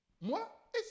Moi